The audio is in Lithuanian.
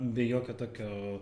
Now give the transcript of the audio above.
be jokio tokio